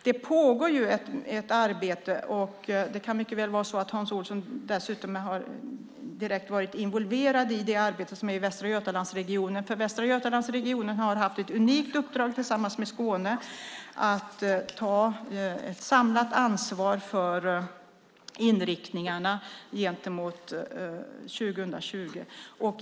Det pågår ett arbete i Västra Götalandsregionen som Hans Olsson mycket väl kan ha varit direkt involverad i. Där har man haft ett unikt uppdrag att tillsammans med Skåne ta ett samlat ansvar för inriktningarna till 2020.